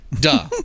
Duh